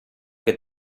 che